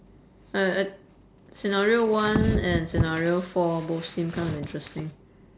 uh uh scenario one and scenario four both seem kind of interesting